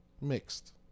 mixed